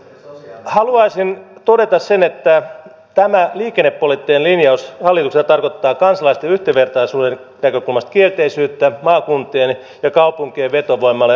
haluaisin todeta sen että tämä liikennepoliittinen linjaus hallitukselta tarkoittaa kansalaisten yhdenvertaisuuden näkökulmasta kielteisyyttä ja maakuntien ja kaupunkien vetovoimalle ongelmia